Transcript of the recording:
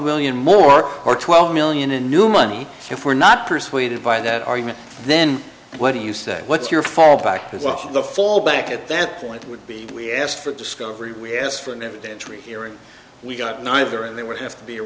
million more or twelve million a new money if we're not persuaded by that argument then what do you say what's your fallback position the fallback at that point would be we asked for discovery we asked for a minute entry here and we got neither and they would have to be a